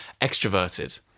extroverted